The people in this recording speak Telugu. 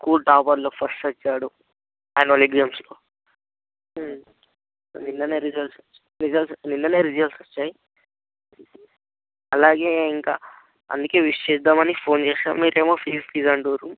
స్కూల్ టాపర్లో ఫస్ట్ వచ్చాడు యాన్యువల్ ఎగ్జామ్స్లో నిన్ననే రిసల్ట్స్ రిసల్ట్స్ నిన్ననే రిసల్ట్స్ వచ్చాయి అలాగే ఇంకా అందుకే విష్ చేద్దామని ఫోన్ చేసాను మీరేమో ఫీజు ఫీజ్ అంటారు